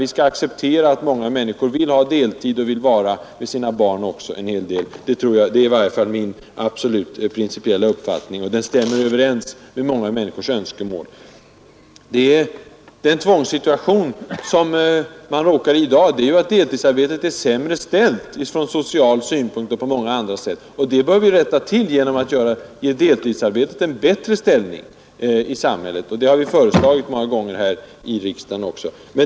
Vi bör acceptera att många människor vill arbeta deltid och att en hel del av dem vill vara mer med sina barn. Det är min principiella uppfattning, och den stämmer överens med många människors önskemål. Den tvångssituation som man råkar ut för i dag innebär ju att deltidsarbetet är sämre ställt från social synpunkt och på många andra sätt. Det bör rättas till genom att deltidsarbetet ges en bättre ställning. Det har vi också föreslagit många gånger i riksdagen.